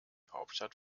hauptstadt